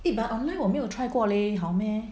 eh but online 我没有 try 过 leh 好 meh